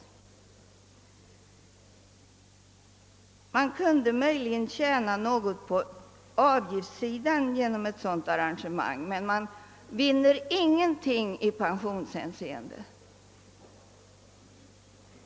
Ja man kan möjligen tjäna något på avgiftssidan genom ett sådant arrangemang men man vinner ingenting i pensionshänseende.